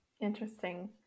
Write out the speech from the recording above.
Interesting